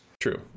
True